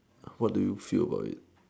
what do you feel about it